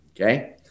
Okay